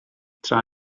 tra